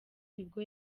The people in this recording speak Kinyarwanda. nibwo